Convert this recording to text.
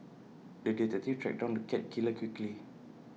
the detective tracked down the cat killer quickly